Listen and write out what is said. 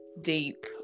deep